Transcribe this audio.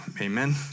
amen